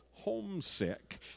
homesick